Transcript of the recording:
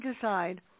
decide